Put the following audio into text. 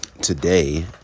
today